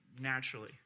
naturally